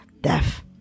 death